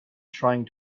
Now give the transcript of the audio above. trying